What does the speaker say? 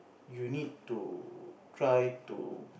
you need to try to